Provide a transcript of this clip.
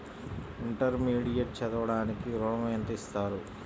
Intermediate చదవడానికి ఋణం ఎంత ఇస్తారు?